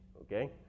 okay